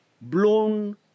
blown